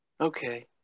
okay